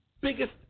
biggest